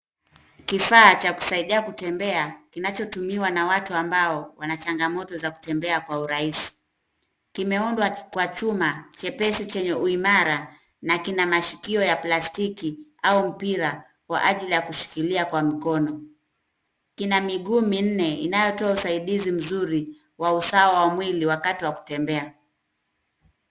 Kifaa kinachosaidia kutembea kinachotumiwa na watu ambao wana changamoto za kutembea kwa urahisi kimeundwa kwa chuma chepesi chenye uimara na kina mashikio ya plastiki au mpira kwa ajili ya kushikilia kwa mikono. Kina miguu minne inayotoa usaidizi mzuri wa usawa wa mwili wakati wa kutembea.